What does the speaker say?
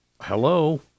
Hello